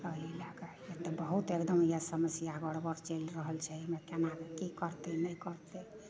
एहि लए कऽ एत्तए बहुत एकदम जे समस्या गड़बड़ चैलि रहल छै जे केना की करतै नहि करतै